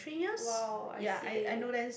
!wow! I see